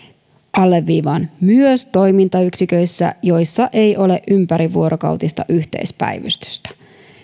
alleviivaan myös toimintayksiköissä joissa ei ole ympärivuorokautista yhteispäivystystä